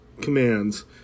commands